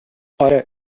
آره